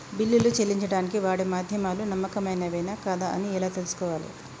బిల్లులు చెల్లించడానికి వాడే మాధ్యమాలు నమ్మకమైనవేనా కాదా అని ఎలా తెలుసుకోవాలే?